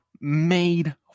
made